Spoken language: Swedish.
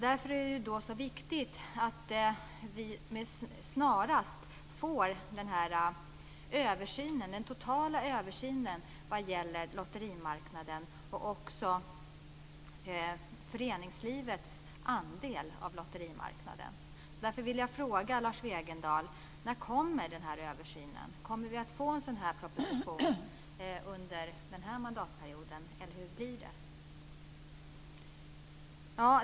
Därför är det viktigt att det snarast görs en total översyn av lotterimarknaden och av föreningslivets andel av lotterimarknaden. Därför vill jag fråga Lars Wegendal: När kommer denna översyn? Kommer det att läggas fram en proposition under den här mandatperioden, eller hur blir det?